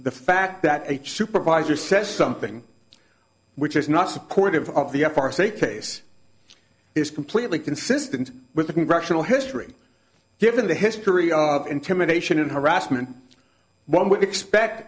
the fact that a supervisor says something which is not supportive of the f r c case is completely consistent with the congressional history given the history of intimidation and harassment